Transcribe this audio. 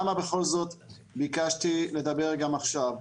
למה בכל זאת ביקשתי לדבר גם עכשיו?